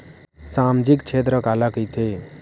सामजिक क्षेत्र काला कइथे?